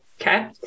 okay